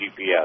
gps